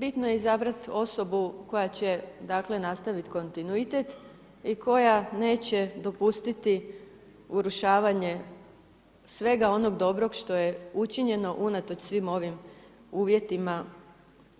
Bitno je izabrati osobu, koja će, dakle, nastaviti kontinuitet i koja neće dopustiti urušavanje svega onoga dobroga što je učinjeno unatoč svim ovim uvjetima